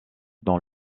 dans